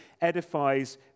edifies